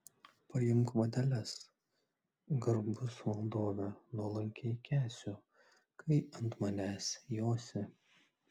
paimk vadeles garbus valdove nuolankiai kęsiu kai ant manęs josi